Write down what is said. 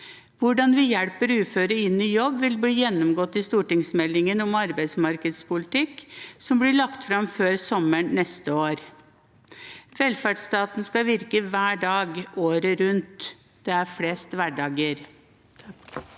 Hvordan vi hjelper uføre inn i jobb, vil bli gjennomgått i stortingsmeldingen om arbeidsmarkedspolitikk som blir lagt fram før sommeren neste år. Velferdsstaten skal virke hver dag, året rundt. Det er flest hverdager.